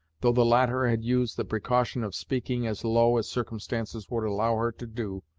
though the latter had used the precaution of speaking as low as circumstances would allow her to do,